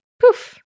poof